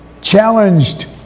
challenged